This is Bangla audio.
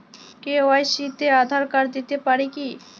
কে.ওয়াই.সি তে আঁধার কার্ড দিতে পারি কি?